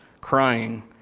crying